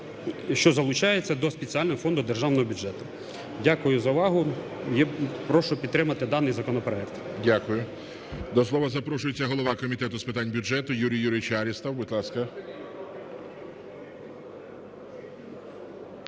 що залучається до спеціального фонду державного бюджету. Дякую за увагу. Прошу підтримати даний законопроект. ГОЛОВУЮЧИЙ. Дякую. До слова запрошується голова Комітету з питань бюджету Юрій Юрійович Арістов,